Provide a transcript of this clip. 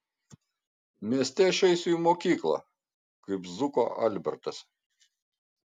mieste aš eisiu į mokyklą kaip zuko albertas